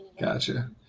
Gotcha